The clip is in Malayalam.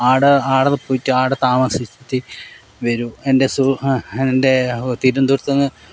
ആടെ ആടെ പോയിട്ടു ആടെ താമസിച്ചു വരും എൻ്റെ സു എൻ്റെ തിരുവനന്തപുരത്തു നിന്ന്